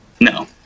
No